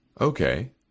Okay